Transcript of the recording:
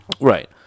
Right